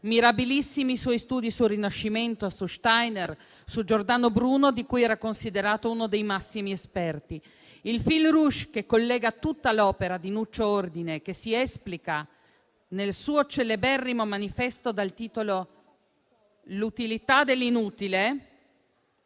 Mirabilissimi i suoi studi sul Rinascimento, su Steiner, su Giordano Bruno, di cui era considerato uno dei massimi esperti. Il *fil rouge* che collega tutta l'opera di Nuccio Ordine si esplica nel suo celeberrimo manifesto dal titolo «L'utilità dell'inutile»,